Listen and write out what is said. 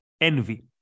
envy